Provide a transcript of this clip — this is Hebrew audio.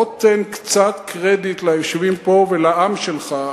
בוא ותן קצת קרדיט ליושבים פה ולעם שלך,